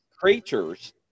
creatures